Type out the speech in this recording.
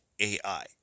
AI